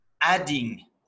adding